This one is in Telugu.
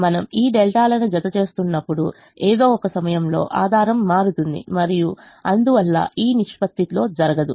మనము ఈ డెల్టాలను జతచేస్తున్నప్పుడు ఏదో ఒక సమయంలో ఆధారం మారుతుంది మరియు అందువల్ల ఈ నిష్పత్తిలో జరగదు